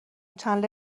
چندلر